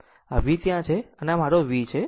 આમ આ V ત્યાં છે આમ આ મારો V છે